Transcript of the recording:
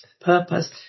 purpose